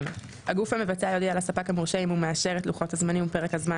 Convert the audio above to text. הגוף המבצע יודיע לספק המורשה אם הוא מאשר את לוחות הזמנים ופרק הזמן